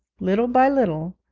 little by little,